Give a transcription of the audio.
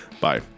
Bye